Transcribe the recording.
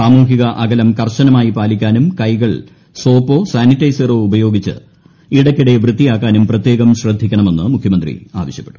സാമൂഹിക അകലം കർശനമായി പാലിക്കാനും കൈകൾ സോപ്പോ സാനിറ്റൈസറോ ഉപയോഗിച്ച് ഇടയ്ക്കിടെ വൃത്തിയാക്കാനും പ്രത്യേകം ശ്രദ്ധിക്കണമെന്ന് മുഖ്യമന്ത്രി ആവശ്യപ്പെട്ടു